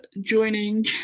joining